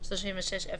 (תיקון התוספת השלישית לחוק).